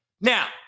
Now